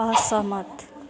असहमत